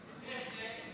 איך זה?